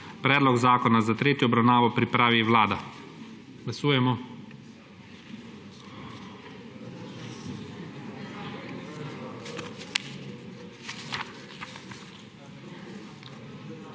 Predlog zakona za tretjo obravnavo pripravi Vlada.